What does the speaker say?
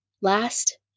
Last